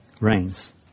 reigns